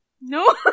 No